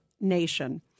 nation